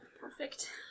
Perfect